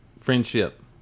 friendship